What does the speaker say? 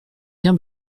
bien